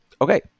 Okay